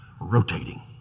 rotating